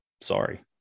sorry